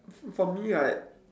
f~ for me right